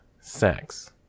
sex